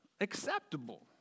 acceptable